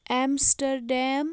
Amsterdam